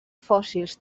fòssils